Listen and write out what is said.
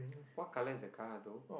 what colour is the car though